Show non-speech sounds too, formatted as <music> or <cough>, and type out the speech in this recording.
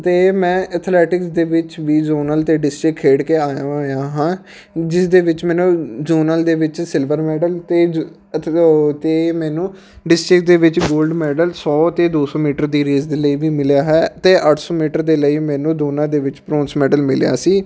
ਅਤੇ ਮੈਂ ਅਥਲੈਟਿਕਲਸ ਦੇ ਵਿੱਚ ਵੀ ਜੋਨਲ 'ਤੇ ਡਿਸਟਰਿਕਟ ਖੇਡ ਕੇ ਆਇਆ ਹੋਇਆ ਹਾਂ ਜਿਸ ਦੇ ਵਿੱਚ ਮੈਨੂੰ ਜੋਨਲ ਦੇ ਵਿੱਚ ਸਿਲਵਰ ਮੈਡਲ ਅਤੇ <unintelligible> ਅਤੇ ਮੈਨੂੰ ਡਿਸਟ੍ਰਿਕ ਦੇ ਵਿੱਚ ਗੋਲਡ ਮੈਡਲ ਸੌ ਅਤੇ ਦੋ ਸੌ ਮੀਟਰ ਦੀ ਰੇਸ ਦੇ ਲਈ ਵੀ ਮਿਲਿਆ ਹੈ ਅਤੇ ਅੱਠ ਸੌੌ ਮੀਟਰ ਦੇ ਲਈ ਮੈਨੂੰ ਦੋਨਾਂ ਦੇ ਵਿੱਚ ਬ੍ਰੋਨਸ ਮੈਡਲ ਮਿਲਿਆ ਸੀ